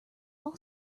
ball